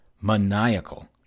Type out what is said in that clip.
Maniacal